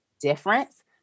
difference